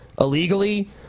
illegally